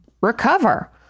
recover